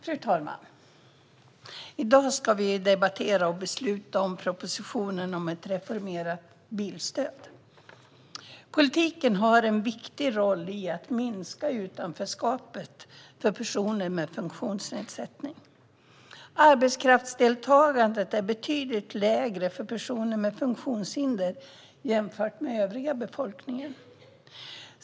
Fru talman! I dag ska vi debattera och besluta om propositionen om ett reformerat bilstöd. Politiken har en viktig roll i att minska utanförskapet för personer med funktionsnedsättning. Arbetskraftsdeltagandet är betydligt lägre för personer med funktionshinder jämfört med den övriga befolkningen.